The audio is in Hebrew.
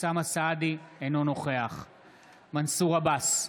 אינו נוכח מנסור עבאס,